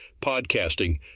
podcasting